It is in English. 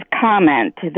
comment